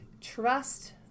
trust